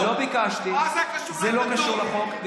מה זה קשור לחוק?